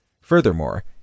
Furthermore